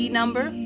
number